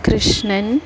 Krishnan